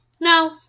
no